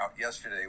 yesterday